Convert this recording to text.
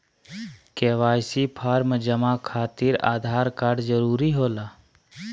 KYC form जमा खातिर Aadhaar card जरूरी होला?